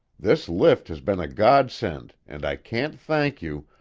this lift has been a godsend, and i can't thank you,